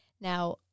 Now